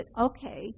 okay